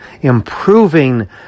improving